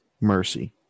Mercy